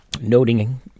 noting